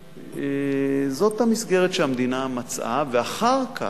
זאת המסגרת שהמדינה מצאה, ואחר כך,